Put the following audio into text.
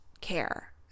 care